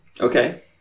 Okay